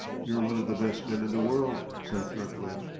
you're one of the best men in the world, said kirkwood.